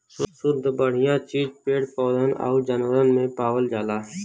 सुद्ध बढ़िया चीज पेड़ पौधन आउर जानवरन में पावल जाला